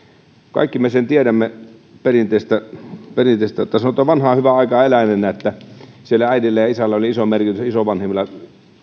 kaikki me sen tiedämme perinteistä perinteistä tai sanotaan vanhaan hyvään aikaan eläneinä että siellä äidillä ja isällä oli iso merkitys ja isovanhemmilla